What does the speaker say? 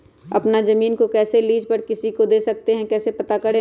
अपना जमीन को कैसे लीज पर किसी को दे सकते है कैसे पता करें?